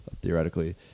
theoretically